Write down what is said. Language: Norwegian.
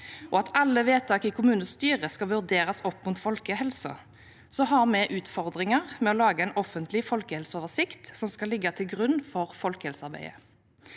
om alle vedtak i kommunestyret skal vurderes opp mot folkehelsen, har vi utfordringer med å lage en offentlig folkehelseoversikt som skal ligge til grunn for folkehelsearbeidet.